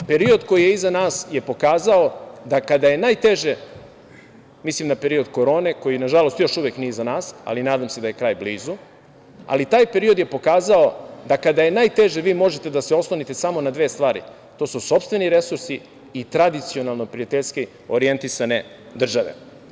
Period koji je iza nas je pokazao da kada je najteže, mislim na period korone koji nažalost još uvek nije iza nas, ali nadam se da je kraj blizu, vi možete da se oslonite samo na dve stvari, to su sopstveni resursi i tradicionalno prijateljski orjentisane države.